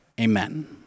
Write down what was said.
amen